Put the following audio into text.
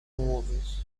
movies